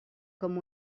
com